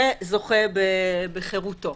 וזוכה בחירותו.